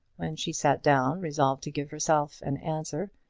when she sat down, resolved to give herself an answer,